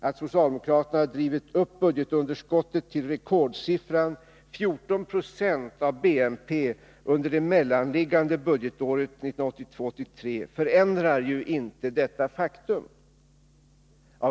Att socialdemokraterna drivit upp budgetunderskottet till rekordsiffran 14 26 av BNP under det mellanliggande budgetåret 1982/83 förändrar inte detta faktum.